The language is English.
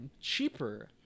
cheaper